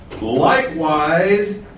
Likewise